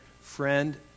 friend